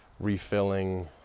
refilling